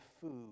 food